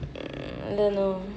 don't know